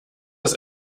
das